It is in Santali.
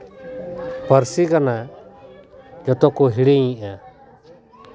ᱯᱟᱹᱨᱥᱤ ᱠᱟᱱᱟ ᱡᱚᱛᱚ ᱠᱚ ᱦᱤᱲᱤᱧᱮᱫᱟ